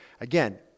Again